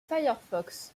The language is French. firefox